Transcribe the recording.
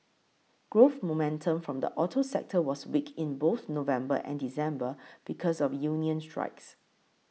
growth momentum from the auto sector was weak in both November and December because of union strikes